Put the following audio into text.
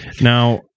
Now